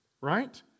Right